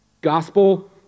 Gospel